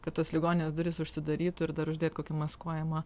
kad tos ligoninės durys užsidarytų ir dar uždėt kokį maskuojamą